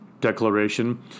declaration